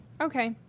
okay